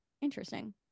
interesting